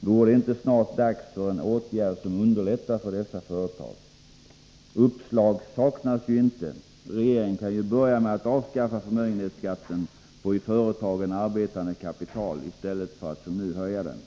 Vore det inte snart dags för en åtgärd som underlättar för dessa företag? Uppslag saknas inte. Regeringen kan ju börja med att avskaffa förmögenhetsskatten på i företagen arbetande kapital i stället för att som nu höja den.